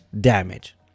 damage